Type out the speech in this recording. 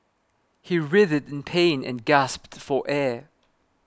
he writhed in pain and gasped for air